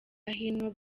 hino